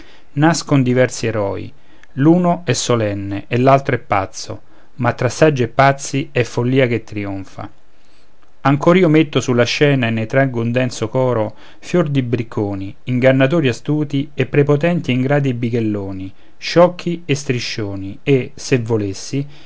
nascon diversi eroi l'uno è solenne e l'altro è pazzo ma tra saggi e pazzi è follia che trionfa ancor io metto sulla scena e ne traggo un denso coro fior di bricconi ingannatori astuti e prepotenti e ingrati bighelloni sciocchi e striscioni e se volessi